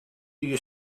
you